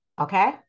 okay